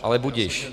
Ale budiž.